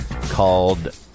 called